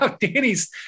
danny's